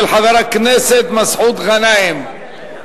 של חבר הכנסת מסעוד גנאים.